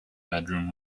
bedroom